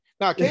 Now